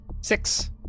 Six